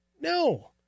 No